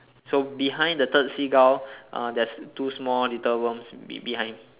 so behind the third seagull uh there's two small little worms be~ behind